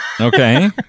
okay